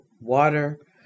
water